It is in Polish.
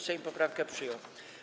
Sejm poprawkę przyjął.